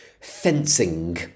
Fencing